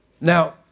Now